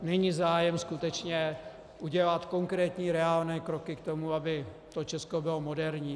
Není zájem skutečně udělat konkrétní reálné kroky k tomu, aby Česko bylo moderní.